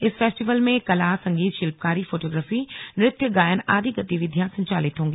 इस फेस्टिवल में में कला संगीत शिल्पकारी फोटोग्राफी नृत्य गायन आदि गतिविधियां संचालित होंगी